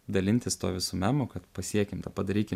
dalintis tuo visu memu kad pasiekim tą padarykim